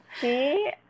see